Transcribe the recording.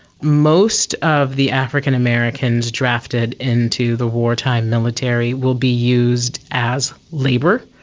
most of the african americans drafted into the wartime military will be used as labour,